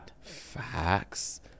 Facts